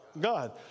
God